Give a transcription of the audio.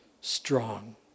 strong